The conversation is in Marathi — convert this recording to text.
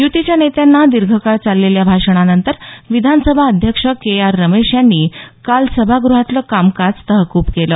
युतीच्या नेत्यांच्या दीर्घकाळ चाललेल्या भाषणानंतर विधानसभा अध्यक्ष के आर रमेश यांनी काल सभागृहातलं कामकाज तहक्ब केलं